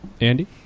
Andy